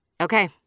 Okay